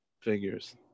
Figures